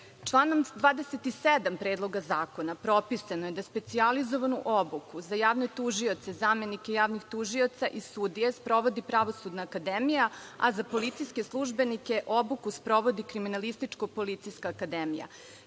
27. Predloga zakona propisano je da specijalizovanu obuku za javne tužioce, zamenike javnih tužioca i sudije sprovodi Pravosudna akademija, a za policijske službenike obuku sprovodi Kriminalističko policijska akademija.